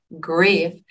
grief